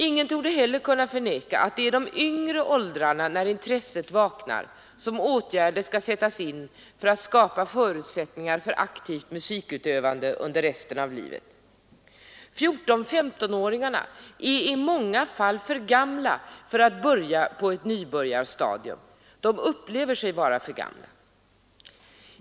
Ingen torde heller kunna förneka att det är i de yngre åldrarna, när intreset vaknar, som åtgärder skall sättas in för att skapa förutsättningar för aktivt musikutövande under resten av livet. 14—1S5-åringarna är i många fall för gamla för att börja på ett nybörjarstadium — de upplever sig vara för gamla.